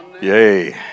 yay